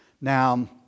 Now